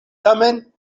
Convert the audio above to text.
tamen